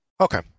Okay